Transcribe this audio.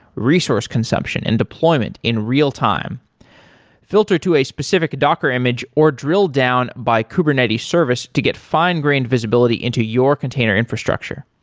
resource consumption and deployment in real time filter to a specific docker image, or drill down by kubernetes service to get fine-grained visibility into your container infrastructure.